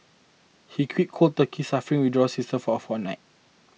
he quit cold turkey suffering withdrawal symptoms for a fortnight